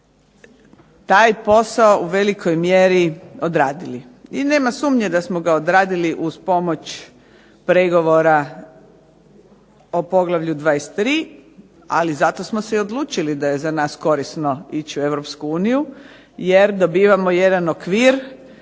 taj posao u velikoj mjeri odradili. I nema sumnje da smo ga odradili uz pomoć pregovora o poglavlju 23, ali zato smo se odlučili da je za nas korisno ići u EU, jer dobivamo jedan okvir